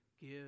give